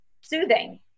soothing